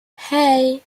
hey